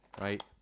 right